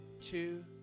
two